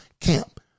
camp